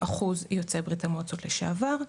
יוצאי ברית המועצות לשעבר.